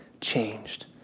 changed